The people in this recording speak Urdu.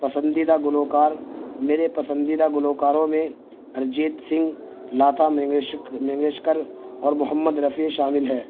پسندیدہ گلوکار میرے پسندیدہ گلوکاروں میں ارجیت سنگھ لتا منگیشکر اور محمد رفیع شامل ہے